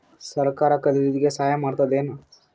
ಸರಕಾರ ಖರೀದಿಗೆ ಸಹಾಯ ಮಾಡ್ತದೇನು?